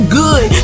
good